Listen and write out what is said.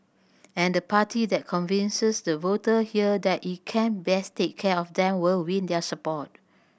and the party that convinces the voter here that it can best take care of them will win their support